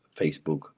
facebook